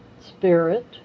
spirit